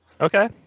Okay